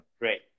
Great